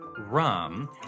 rum